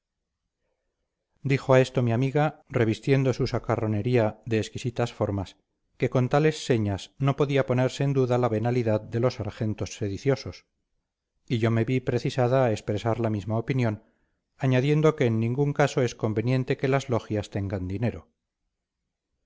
dijo a esto mi amiga revistiendo su socarronería de exquisitas formas que con tales señas no podía ponerse en duda la venalidad de los sargentos sediciosos y yo me vi precisada a expresar la misma opinión añadiendo que en ningún caso es conveniente que las logias tengan dinero